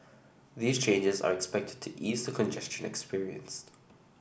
these changes are expected to ease the congestion experienced